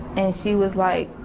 and she was like,